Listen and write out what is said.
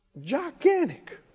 gigantic